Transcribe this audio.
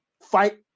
fight